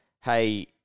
hey